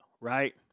right